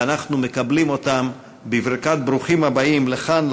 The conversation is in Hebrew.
ואנחנו מקבלים אותם בברכת ברוכים הבאים לכאן,